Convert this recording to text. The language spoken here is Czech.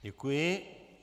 Děkuji.